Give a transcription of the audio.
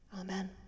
Amen